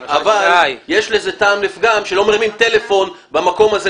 אבל יש לזה טעם לפגם שלא מרימים טלפון במקום הזה,